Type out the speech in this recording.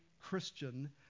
Christian